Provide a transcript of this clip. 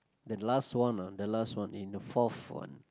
the last one ah the last one eh the fourth one